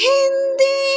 Hindi